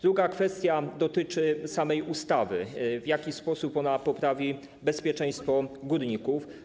Druga kwestia dotyczy samej ustawy: W jaki sposób poprawi ona bezpieczeństwo górników?